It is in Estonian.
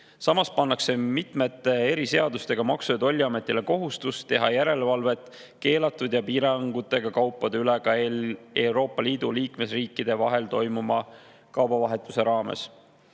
Samas pannakse mitmete eriseadustega Maksu- ja Tolliametile kohustus teha järelevalvet keelatud ja piirangutega kaupade üle ka Euroopa Liidu liikmesriikide vahel toimuva kaubavahetuse raames.